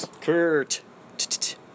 Kurt